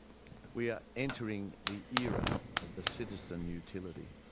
we are entering the era of the citizen utility.